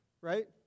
right